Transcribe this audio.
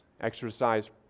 Exercise